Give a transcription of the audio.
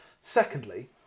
Secondly